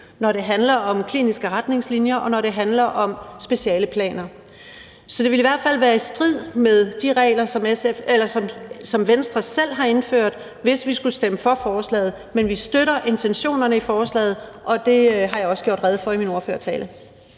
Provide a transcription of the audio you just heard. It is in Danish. når det handler om kliniske retningslinjer, og når det handler om specialeplaner. Så det ville i hvert fald være i strid med de regler, som Venstre selv har indført, hvis vi skulle stemme for forslaget. Men vi støtter intentionerne i forslaget, og det har jeg også gjort rede for i min ordførertale.